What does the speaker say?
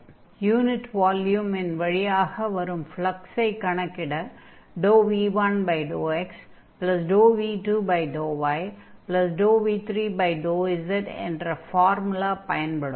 கடைசியாக யூனிட் வால்யூமின் வழியாக வரும் ஃப்லக்ஸை கணக்கிட v1∂xv2∂yv3∂z என்ற ஃபார்முலா பயன்படும்